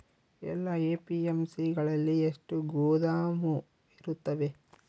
ಎಲ್ಲಾ ಎ.ಪಿ.ಎಮ್.ಸಿ ಗಳಲ್ಲಿ ಎಷ್ಟು ಗೋದಾಮು ಇರುತ್ತವೆ?